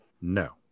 no